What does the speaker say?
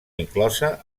inclosa